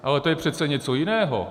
Ale to je přece něco jiného.